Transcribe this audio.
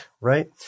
right